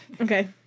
Okay